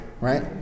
right